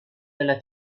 della